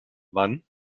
wann